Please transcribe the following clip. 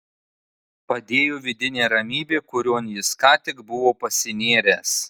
padėjo vidinė ramybė kurion jis ką tik buvo pasinėręs